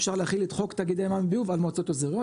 אפשר להחיל את חוק תאגידי המים וביוב על מועצות אזוריות.